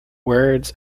words